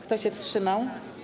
Kto się wstrzymał?